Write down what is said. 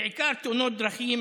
בעיקר תאונות דרכים